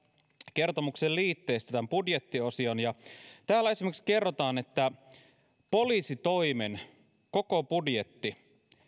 kertomuksen liitteistä tämän budjettiosion ja täällä esimerkiksi kerrotaan että poliisitoimen koko budjetti